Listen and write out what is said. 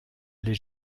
les